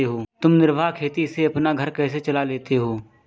तुम निर्वाह खेती से अपना घर कैसे चला लेते हो?